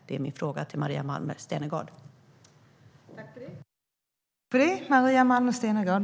Det är min fråga till Maria Malmer Stenergard.